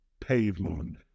pavement